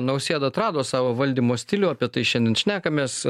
nausėda atrado savo valdymo stilių apie tai šiandien šnekamės